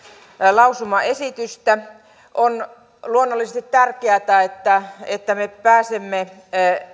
lausumaesitystä on luonnollisesti tärkeätä että me pääsemme